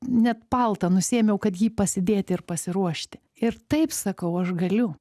net paltą nusiėmiau kad jį pasidėti ir pasiruošti ir taip sakau aš galiu